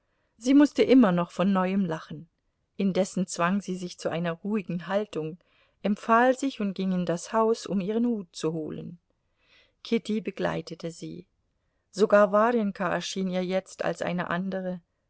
sie mußte immer noch von neuem lachen indessen zwang sie sich zu einer ruhigen haltung empfahl sich und ging in das haus um ihren hut zu holen kitty begleitete sie sogar warjenka erschien ihr jetzt als eine andere